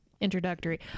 introductory